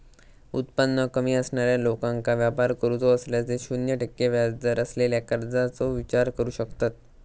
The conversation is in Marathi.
उत्पन्न कमी असणाऱ्या लोकांका व्यापार करूचो असल्यास ते शून्य टक्के व्याजदर असलेल्या कर्जाचो विचार करू शकतत